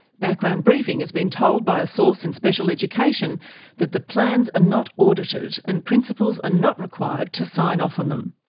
background briefing has been told by a source in special education that the plans are not audited, and principals are not required to sign off on them.